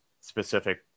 specific